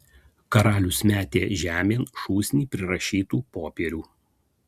karalius metė žemėn šūsnį prirašytų popierių